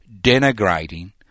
denigrating